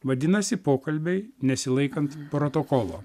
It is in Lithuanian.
vadinasi pokalbiai nesilaikant protokolo